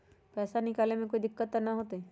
पैसा निकाले में कोई दिक्कत त न होतई?